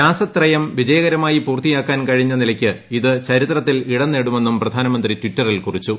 രാസത്രയം വിജയകരമായി പൂർത്തിയാക്കൻ കഴിഞ്ഞ നിലയ്ക്ക് ഇത് ചരിത്രത്തിൽ ഇടം നേടുമെന്നും പ്രധാനമന്ത്രി ട്വിറ്ററിൽ കുറിച്ചു